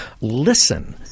Listen